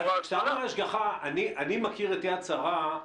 כשאתה אומר השגחה - אני מכיר את "יד שרה"